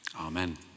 Amen